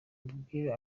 mbabwire